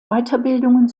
weiterbildungen